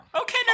Okay